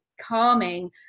calming